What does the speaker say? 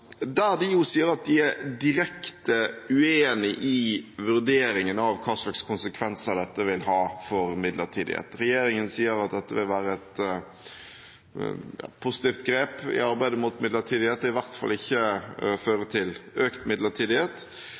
De sier at de er direkte uenig i vurderingen av hva slags konsekvenser dette vil ha for midlertidighet. Regjeringen sier at dette vil være et positivt grep i arbeidet mot midlertidighet, at det i hvert fall ikke fører til økt midlertidighet,